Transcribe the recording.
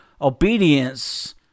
obedience